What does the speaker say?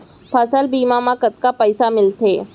फसल बीमा म कतका पइसा मिलथे?